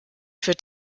führt